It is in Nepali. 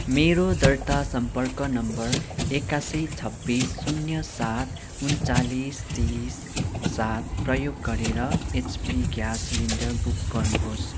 मेरो दर्ता सम्पर्क नम्बर एकासी छब्बिस शून्य सात उनन्चालिस तिस सात प्रयोग गरेर एचपी ग्यास सिलिन्डर बुक गर्नुहोस्